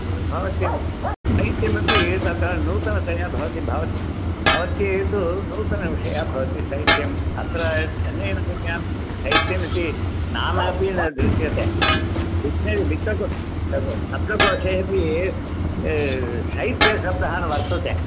भवती शैत्यमपि तत्र नूतनतया भवति भवत् भवती तु नूतनविषयः भवती शैत्यम् अत्र चन्नैनगर्यां शैत्यमिति नाम अपि न दृश्यते डिक्ष्नरि वित्तको शब्दकोशे अपि शैत्यशब्द न वर्तते